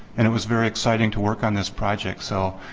and it was very exciting to work on this project. so,